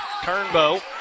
Turnbow